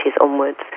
onwards